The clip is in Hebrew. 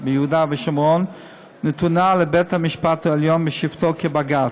ביהודה ושומרון נתונה לבית-המשפט העליון בשבתו כבג"ץ.